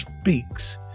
speaks